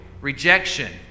rejection